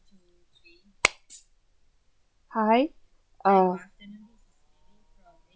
hi uh